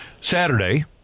Saturday